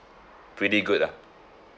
pretty good ah